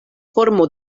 formo